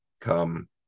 Come